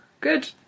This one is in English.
Good